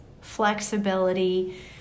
flexibility